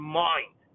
mind